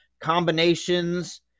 combinations